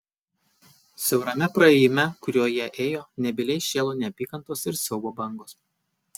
siaurame praėjime kuriuo jie ėjo nebyliai šėlo neapykantos ir siaubo bangos